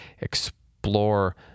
explore